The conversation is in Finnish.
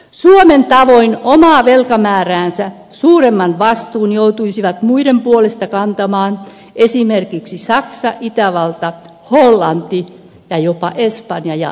suomen tavoin omaa velkamääräänsä suuremman vastuun joutuisivat muiden puolesta kantamaan esimerkiksi saksa itävalta hollanti ja jopa espanja ja ranska